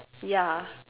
yeah